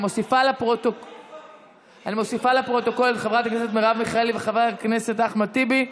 אני מוסיפה לפרוטוקול את חברת הכנסת מרב מיכאלי וחבר הכנסת אחמד טיבי,